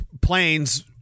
planes